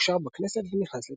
אושר בכנסת ונכנס לתוקף.